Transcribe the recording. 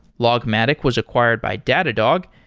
logmatic was acquired by datadog,